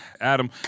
Adam